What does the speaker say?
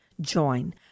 Join